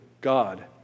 God